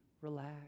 Relax